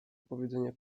wypowiadanie